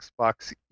Xbox